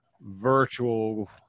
virtual